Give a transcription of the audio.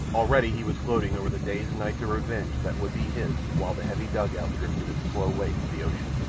already he was gloating over the days and nights of revenge that would be his while the heavy dugout drifted its slow way to the ocean.